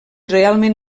realment